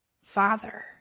Father